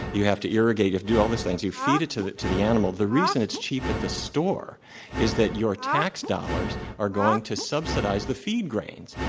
you have to irrigate it, do all these things. you feed it to the to the animal. the reason it's cheap at the store is that your tax dollars are going to subsidize the feed grains.